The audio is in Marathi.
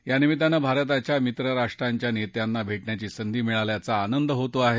यानिमित्तानं भारताच्या मित्रराष्ट्रांच्या नेत्यांना भेटण्याची संधी मिळाल्याचा आनंद होत आहे